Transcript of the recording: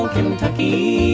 Kentucky